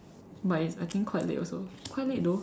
but it's I think quite late also quite late though